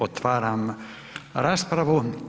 Otvaram raspravu.